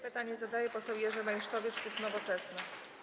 Pytanie zadaje poseł Jerzy Meysztowicz, klub Nowoczesna.